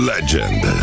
Legend